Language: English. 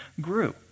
grew